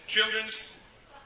Children's